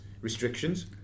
restrictions